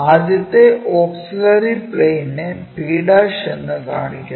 ആദ്യത്തെ ഓക്സിലറി പ്ലെയിനിനെ p എന്ന് കാണിക്കുന്നു